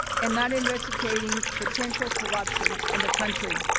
and not investigating potential corruption in the country.